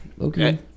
Okay